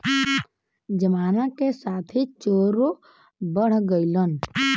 जमाना के साथे चोरो बढ़ गइलन